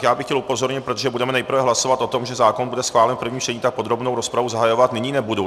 Já bych chtěl upozornit, protože budeme nejprve hlasovat o tom, že zákon bude schválen v prvním čtení, tak podrobnou rozpravu zahajovat nyní nebudu.